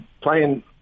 playing –